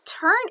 turn